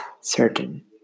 certain